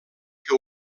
que